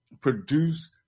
produce